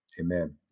Amen